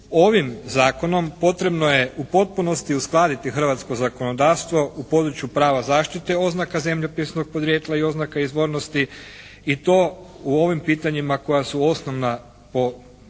ovim zakonom potrebno je u potpunosti uskladiti hrvatsko zakonodavstvo u području prava zaštite oznaka zemljopisnog podrijetla i oznaka izvornosti i to u ovim pitanjima koja su osnovna po,